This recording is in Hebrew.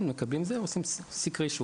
מקבלים כך וכך עושים סקרי שוק,